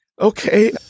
okay